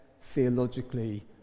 theologically